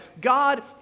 God